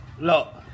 Look